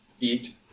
eat